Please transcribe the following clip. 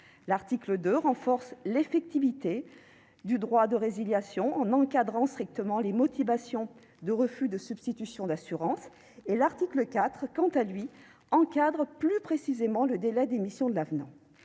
L'article 2 renforce l'effectivité du droit de résiliation en encadrant strictement les motivations de refus de substitution d'assurance. L'article 4, quant à lui, encadre plus précisément le délai d'émission de l'avenant.